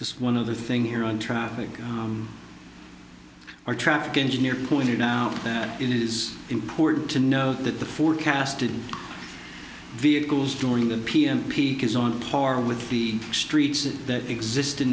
just one other thing here on traffic or traffic engineer pointed out that it is important to know that the forecasted vehicles during the pm peak is on par with the streets that exist in